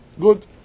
Good